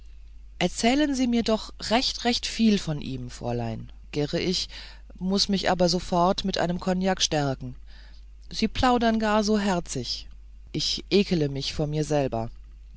erzählen sie mir doch recht recht viel von ihm fräulein girre ich muß mich aber sofort mit einem kognak stärken sie plaudern gar so herzig ich ekle mich vor mir selber